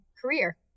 career